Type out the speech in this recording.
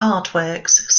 artworks